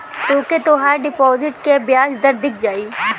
तोके तोहार डिपोसिट क बियाज दर दिख जाई